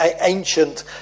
ancient